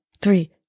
three